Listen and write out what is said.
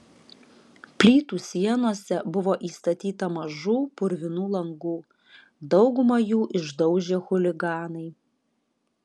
plytų sienose buvo įstatyta mažų purvinų langų daugumą jų išdaužė chuliganai